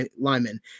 linemen